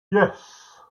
yes